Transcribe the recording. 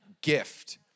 gift